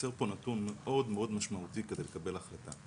חסר פה נתון מאוד מאוד משמעותי כדי לקבל החלטה.